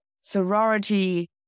sorority